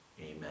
Amen